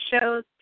shows